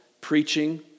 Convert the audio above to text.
preaching